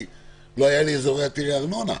כי לא היו לי אזורי ארנונה,